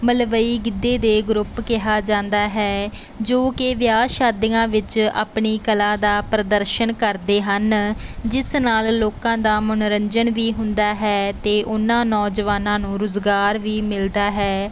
ਮਲਵਈ ਗਿੱਧੇ ਦੇ ਗਰੁੱਪ ਕਿਹਾ ਜਾਂਦਾ ਹੈ ਜੋ ਕਿ ਵਿਆਹ ਸ਼ਾਦੀਆਂ ਵਿੱਚ ਆਪਣੀ ਕਲਾ ਦਾ ਪ੍ਰਦਰਸ਼ਨ ਕਰਦੇ ਹਨ ਜਿਸ ਨਾਲ ਲੋਕਾਂ ਦਾ ਮਨੋਰੰਜਨ ਵੀ ਹੁੰਦਾ ਹੈ ਅਤੇ ਉਹਨਾਂ ਨੌਜਵਾਨਾਂ ਨੂੰ ਰੁਜ਼ਗਾਰ ਵੀ ਮਿਲਦਾ ਹੈ